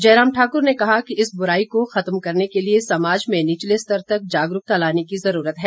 जयराम ठाकुर ने कहा कि इस बुराई को खत्म करने के लिए समाज में निचले स्तर तक जागरूकता लाने की जरूरत है